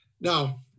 Now